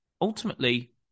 ultimately